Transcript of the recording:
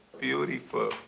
Beautiful